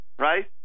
right